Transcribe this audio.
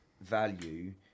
value